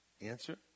Answer